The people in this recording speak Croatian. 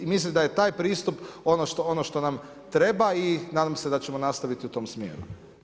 I mislim da je taj pristup ono što nam treba i nadam se da ćemo nastaviti u tom smjeru.